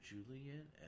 Julian